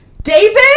David